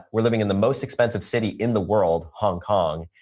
we're living in the most expensive city in the world, hong kong.